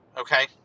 Okay